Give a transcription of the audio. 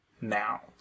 now